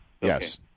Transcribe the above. yes